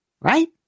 Right